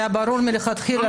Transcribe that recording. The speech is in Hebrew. מלכתחילה היה ברור.